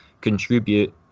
contribute